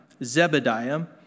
Zebediah